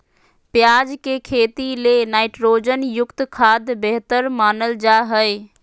प्याज के खेती ले नाइट्रोजन युक्त खाद्य बेहतर मानल जा हय